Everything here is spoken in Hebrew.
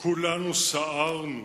כולנו סערנו